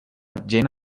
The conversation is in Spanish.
llena